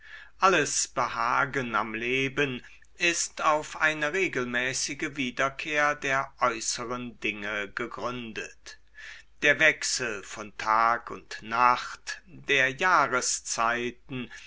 alles behagen am leben ist auf eine regelmäßige wiederkehr der äußeren dinge gegründet der wechsel von tag und nacht der jahreszeiten